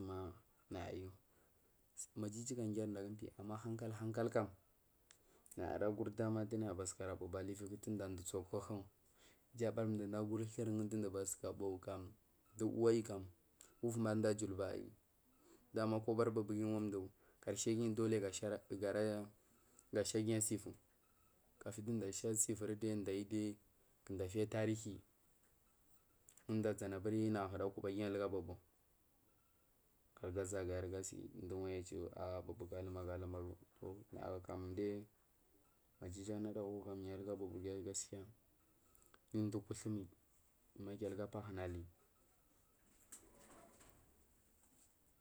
Ma nayayu maju ga grri mdugapi ma hankal hankal kam nayara guri dama gana dunaya bathukura bu aluviku tunda mdu tsuwu akuhu jabarmdu mji guri thur bu kam du wluwu aiyi kam kufumari mda gulba uguri bubu karshiguyi gasha guyi ashilivai kifi dumdum shasivu ndu mduyudai mdu yudai kumdufiya tarihi kumdu aʒanubiri buri a bubu galagargagayari gasi mfuwanyi chu bubu alumagu lumagu toh nayakamdi maduju nada wuwu kam yaluga bubu giya gaskiya yayi u kuthumal yamal kiluga pahunahi.